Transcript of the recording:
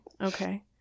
okay